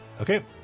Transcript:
Okay